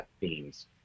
themes